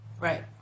Right